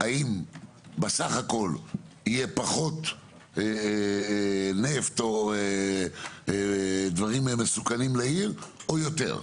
האם בסך הכול יהיה פחות נפט או פחות חומרים מסוכנים לעיר או יותר?